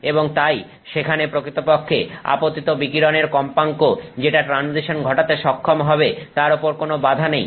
এবং তাই সেখানে প্রকৃতপক্ষে আপতিত বিকিরণের কম্পাঙ্ক যেটা ট্রানজিশন ঘটাতে সক্ষম হবে তার ওপর কোন বাধা নেই